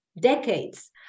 decades